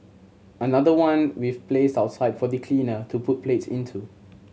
another one we've placed outside for the cleaner to put plates into